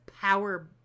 power